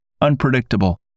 unpredictable